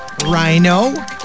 rhino